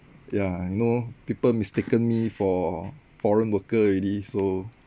ya you know people mistaken me for foreign worker already so